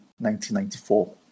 1994